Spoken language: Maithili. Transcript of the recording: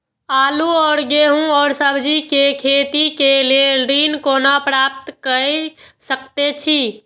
आलू और गेहूं और सब्जी के खेती के लेल ऋण कोना प्राप्त कय सकेत छी?